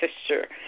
Sister